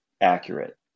accurate